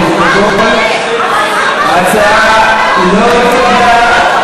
ההצעה לא נתקבלה.